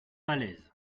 falaise